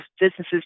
businesses